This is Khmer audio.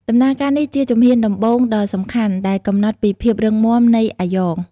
ដំណើរការនេះជាជំហានដំបូងដ៏សំខាន់ដែលកំណត់ពីភាពរឹងមាំនៃអាយ៉ង។